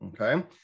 okay